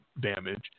damage